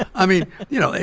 i mean, you know,